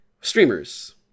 streamers